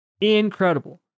Incredible